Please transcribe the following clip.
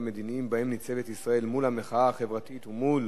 והמדיניים שבהם ניצבת ישראל מול המחאה החברתית ומול